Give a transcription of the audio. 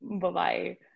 Bye-bye